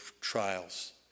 trials